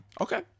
Okay